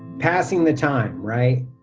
passing the time, right?